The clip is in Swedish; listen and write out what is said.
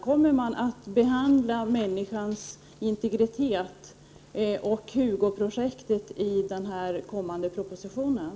Kommer man att behandla människans integritet och Hugoprojektet i den kommande propositionen?